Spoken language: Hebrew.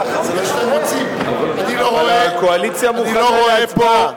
אבל הקואליציה מוכנה להצבעה.